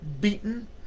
beaten